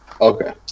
Okay